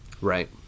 Right